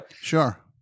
Sure